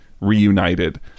reunited